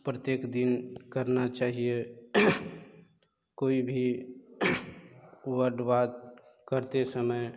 प्रत्येक दिन करना चाहिए कोई भी वाच करते समय